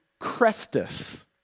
Crestus